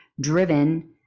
driven